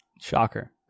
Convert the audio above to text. Shocker